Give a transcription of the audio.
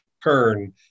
turn